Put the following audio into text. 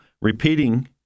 Repeating